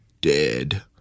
dead